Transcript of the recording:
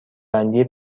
بندی